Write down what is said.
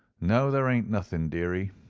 no, there ain't nothing, dearie.